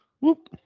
Whoop